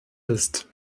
ist